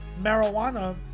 marijuana